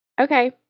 Okay